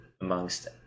amongst